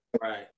right